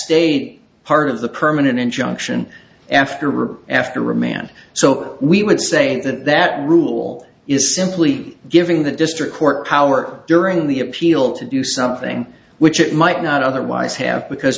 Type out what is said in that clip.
state part of the permanent injunction after or after remand so we would say that that rule is simply giving the district court power during the appeal to do something which it might not otherwise have because